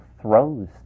throws